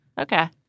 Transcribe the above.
Okay